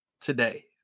today